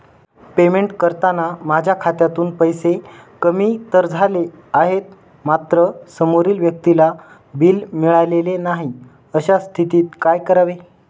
Payment करताना माझ्या खात्यातून पैसे कमी तर झाले आहेत मात्र समोरील व्यक्तीला बिल मिळालेले नाही, अशा स्थितीत काय करावे?